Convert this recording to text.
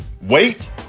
Wait